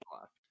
left